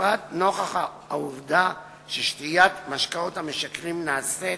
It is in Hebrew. בפרט לנוכח העובדה ששתיית משקאות משכרים נעשית